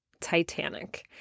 Titanic